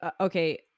Okay